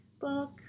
book